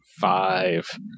five